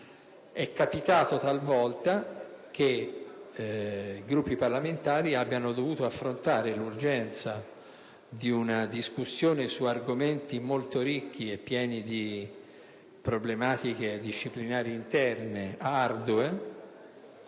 È capitato talvolta che i Gruppi parlamentari abbiano dovuto affrontare discussioni urgenti su argomenti molto ricchi e pieni di problematiche disciplinari interne ardue